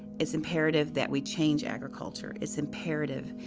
it's imperative that we change agriculture. it's imperative,